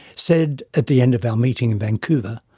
said at the end of our meeting in vancouver